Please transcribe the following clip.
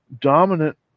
dominant